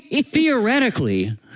theoretically